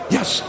Yes